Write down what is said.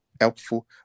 helpful